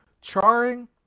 Charring